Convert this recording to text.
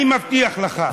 אני מבטיח לך,